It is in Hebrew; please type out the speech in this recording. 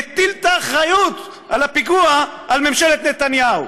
מטיל את האחריות על הפיגוע על ממשלת נתניהו.